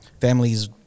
families